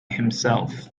himself